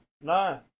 No